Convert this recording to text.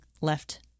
left